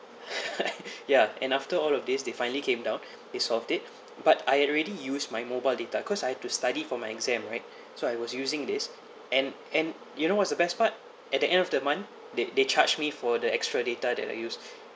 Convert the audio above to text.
ya and after all of this they finally came down they solved it but I already use my mobile data cause I have to study for my exam right so I was using this and and you know what's the best part at the end of the month they they charge me for the extra data that I used